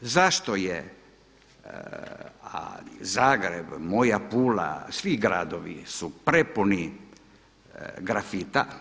Zašto je Zagreb, moja Pula, svi gradovi su prepuni grafita.